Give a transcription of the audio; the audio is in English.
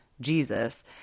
Jesus